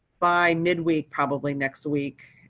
by midweek, probably next week.